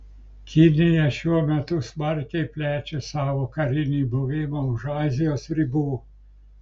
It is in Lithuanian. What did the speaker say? kinija šiuo metu smarkiai plečia savo karinį buvimą už azijos ribų